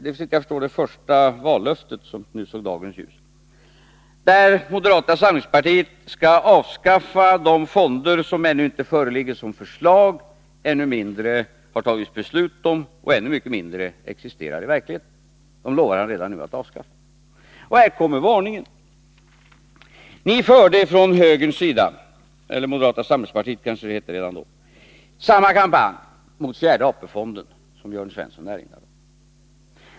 Det första vallöftet i den valrörelsen har sett dagens ljus: Moderata samlingspartiet skall avskaffa de fonder som det ännu inte föreligger något förslag om, ännu mindre har fattats beslut om och som än mindre existerar i verkligheten. Dem lovar han, redan nu, att avskaffa. Här kommer nu varningen. Ni förde från högerns sida — eller kanske det hette moderata samlingspartiet redan då —- samma kampanj mot fjärde AP-fonden. Jörn Svensson erinrade om det.